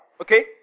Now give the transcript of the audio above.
Okay